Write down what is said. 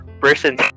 person